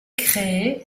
créée